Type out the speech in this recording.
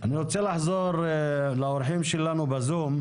אני רוצה לחזור לאורחים שלנו בזום.